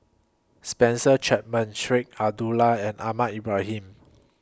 Spencer Chapman Sheik Alau'ddin and Ahmad Ibrahim